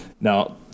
now